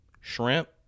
shrimp